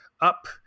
up